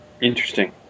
interesting